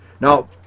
now